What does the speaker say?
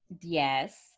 yes